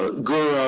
ah goa,